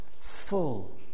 full